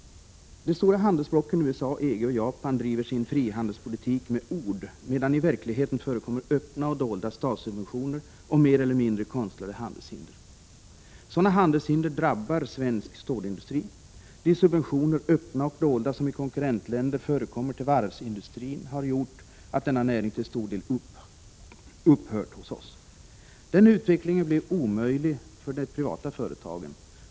De stora handelsblocken USA, EG och Japan driver sin frihandelspolitik med ord, medan det i verkligheten förekommer öppna och dolda statssubventioner och mer eller mindre konstlade handelshinder. Sådana handelshinder drabbar svensk stålindustri. De subventioner — öppna och dolda — som i konkurrentländer ges till varvsindustrin har gjort att denna näring till stora delar har upphört hos oss. Den utvecklingen blev omöjlig för de privata företagen.